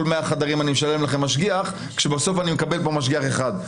מאה חדרים הוא משלם משגיח כשבסוף הוא מקבל משגיח אחד.